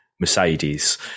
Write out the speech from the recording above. Mercedes